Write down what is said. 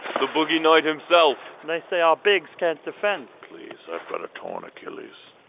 the boogie knight himself they say our bigs can't defend please! i've got a torn achilles